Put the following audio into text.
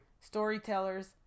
storytellers